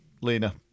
Lena